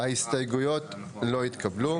4 ההסתייגויות לא התקבלו.